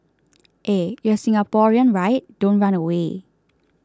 eh you're Singaporean right don't run away